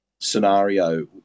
scenario